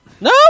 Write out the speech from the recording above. No